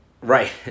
right